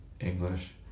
English